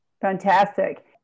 Fantastic